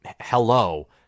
hello